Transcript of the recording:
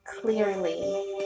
clearly